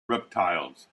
reptiles